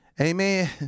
Amen